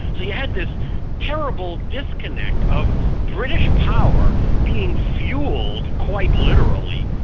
so you had this terrible disconnect of british power being fuelled, quite literally,